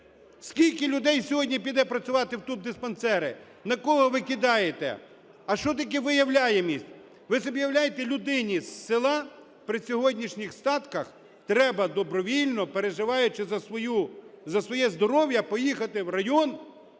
Скільки людей сьогодні піде працювати в тубдиспансери? На кого ви кидаєте? А що таке виявляємість? Ви собі уявляєте, людині з села при сьогоднішніх статках треба добровільно, переживаючи за своє здоров'я, поїхати в район,